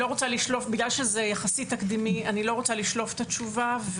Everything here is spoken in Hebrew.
כיוון שזה יחסית תקדימי, אני לא רוצה לשלוף תשובה.